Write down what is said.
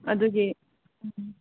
ꯑꯗꯨꯒꯤ ꯎꯝ